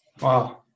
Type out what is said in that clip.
Wow